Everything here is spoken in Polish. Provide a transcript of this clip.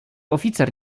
oficer